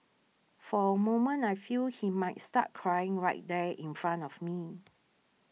for a moment I feel he might start crying right there in front of me